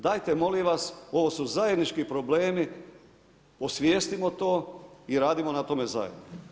Dajte molim vas, ovo su zajednički problemi, osvijestimo to i radimo na tome zajedno.